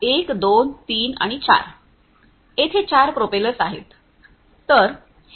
1 2 3 आणि 4 येथे 4 प्रोपेलर्स आहेत